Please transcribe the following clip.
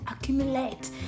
accumulate